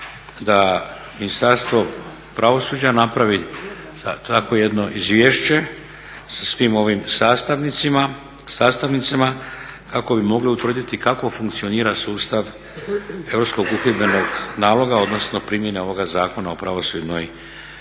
da Ministarstvo pravosuđa napravi takvo jedno izvješće sa svim ovim sastavnicama kako bi mogli utvrditi kako funkcionira sustav Europskog uhidbenog naloga, odnosno primjene ovoga Zakona o pravosudnoj